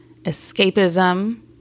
Escapism